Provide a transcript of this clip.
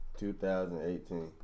2018